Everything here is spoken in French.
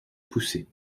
poussée